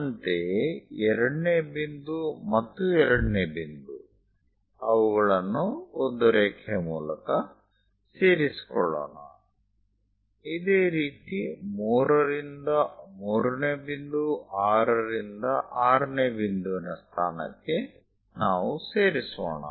ಅಂತೆಯೇ 2 ನೇ ಬಿಂದು ಮತ್ತು 2 ನೇ ಬಿಂದು ಅವುಗಳನ್ನು ಒಂದು ರೇಖೆಯ ಮೂಲಕ ಸೇರಿಕೊಳ್ಳೋಣ ಇದೇ ರೀತಿ 3 ರಿಂದ 3 ನೇ ಬಿಂದು 6 ರಿಂದ 6 ನೇ ಬಿಂದುವಿನ ಸ್ಥಾನಕ್ಕೆ ನಾವು ಸೇರಿಸೋಣ